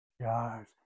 jars